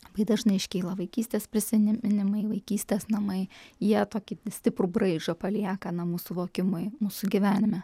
labai dažnai iškyla vaikystės prisiminimai vaikystės namai jie tokį stiprų braižą palieka namų suvokimui mūsų gyvenime